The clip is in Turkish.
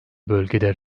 bölgede